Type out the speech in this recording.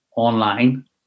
online